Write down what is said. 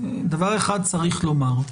דבר אחד צריך לומר,